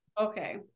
okay